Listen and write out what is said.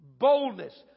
Boldness